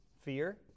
fear